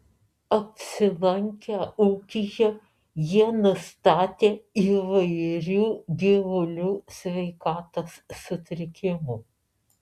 apsilankę ūkyje jie nustatė įvairių gyvulių sveikatos sutrikimų